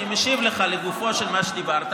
אני משיב לך לגופו של מה שדיברת,